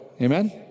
Amen